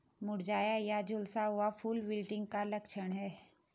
मुरझाया या झुलसा हुआ फूल विल्टिंग का लक्षण है